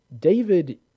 David